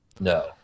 No